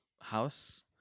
house